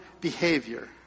behavior